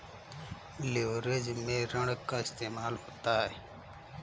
leverage में ऋण का इस्तेमाल होता है